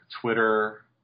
Twitter